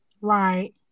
right